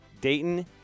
Dayton